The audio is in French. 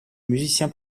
musicien